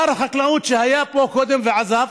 שר החקלאות, שהיה פה קודם ועזב,